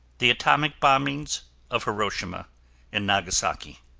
the atomic bombings of hiroshima and nagasaki